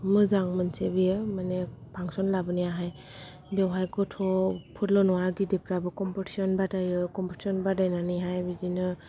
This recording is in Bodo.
मोजां मोनसे बियो माने फांसन लाबोनाया हाय बेवहाय गथ'फोरल' नङा गिदिर फ्राबो कम्पिटिसन बादायो कम्फिटिसन बादायना नैहाय बिदिनो